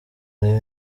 urebe